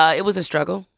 ah it was a struggle,